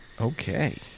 Okay